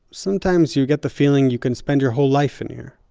sometimes you get the feeling you can spend your whole life in here.